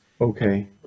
Okay